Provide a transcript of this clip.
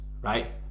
Right